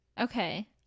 okay